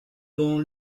dans